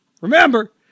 Remember